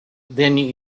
then